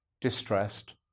distressed